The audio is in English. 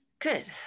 Good